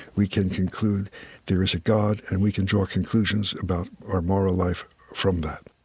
we can conclude there is a god and we can draw conclusions about our moral life from that.